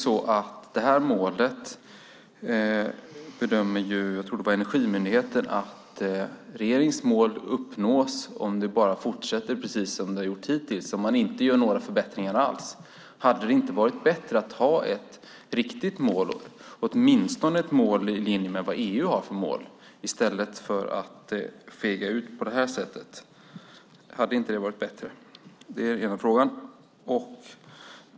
Energimyndigheten bedömer att regeringens mål uppnås om det bara fortsätter precis som det har gjort hittills, om man inte gör några förbättringar alls. Hade det inte varit bättre att ha ett riktigt mål, åtminstone ett mål i linje med EU:s mål, i stället för att fega ur på det här sättet? Det är den ena frågan.